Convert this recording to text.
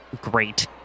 great